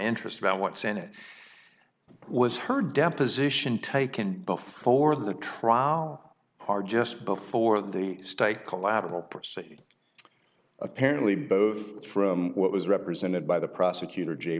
interest about what's in it was her deposition taken before the trial just before the state collateral proceed apparently both from what was represented by the prosecutor j